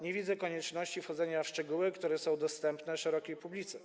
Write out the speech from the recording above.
Nie widzę konieczności wchodzenia w szczegóły, które są dostępne szerokiej publice.